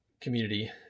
community